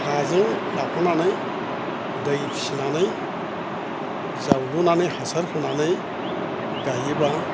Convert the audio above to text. हाजों लाफानानै दै फिनानै जावलुनानै हासार होनानै गायोबा